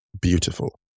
beautiful